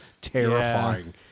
terrifying